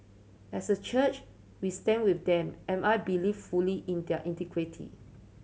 as a church we stand with them am I believe fully in their integrity